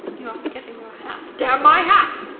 you are forgetting your hat. damn my hat!